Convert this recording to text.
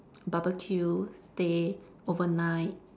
barbecue stay overnight